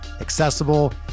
accessible